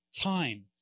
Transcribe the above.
time